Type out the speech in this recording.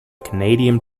canadian